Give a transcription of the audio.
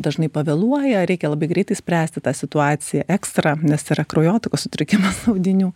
dažnai pavėluoja reikia labai greitai spręsti tą situaciją ekstra nes yra kraujotakos sutrikimas audinių